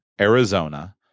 Arizona